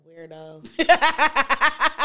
weirdo